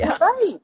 Right